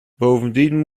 bovendien